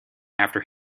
after